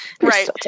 Right